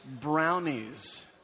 brownies